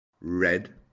Red